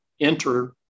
enter